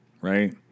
right